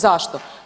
Zašto?